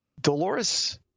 Dolores